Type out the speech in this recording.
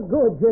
Good